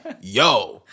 yo